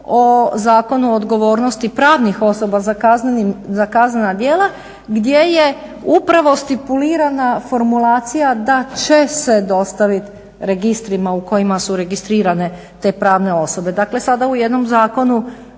o Zakonu o odgovornosti pravnih osoba za kaznena djela gdje je upravo stipulirana formulacija da će se dostaviti registrima u kojima su registrirane te pravne osobe. Dakle sada u jednom zakonu